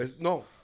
No